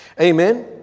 Amen